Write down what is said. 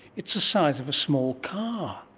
it's the size of a small car.